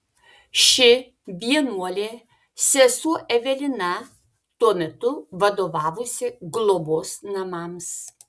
ši vienuolė sesuo evelina tuo metu vadovavusi globos namams